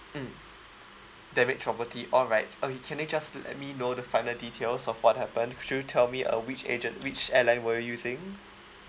mm damaged property alright okay can you you just let me know the finer details of what happened could you tell me uh which agent which airline were you using